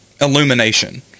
illumination